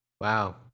wow